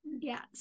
Yes